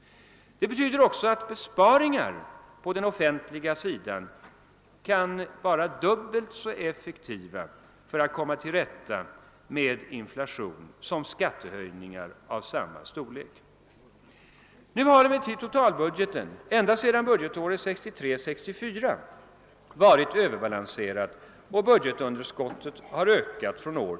Det betyder också att besparingar på den offentliga sidan kan vara dubbelt så effektiva för att komma till rätta med inflation som skattehöjningar av samma storleksordning. Nu har emellertid totalbudgeten ända sedan budgetåret 1963/64 varit överbalanserad och budgetunderskottet har ökat år från år.